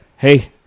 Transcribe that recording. Hey